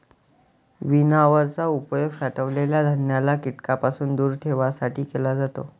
winnower चा उपयोग साठवलेल्या धान्याला कीटकांपासून दूर ठेवण्यासाठी केला जातो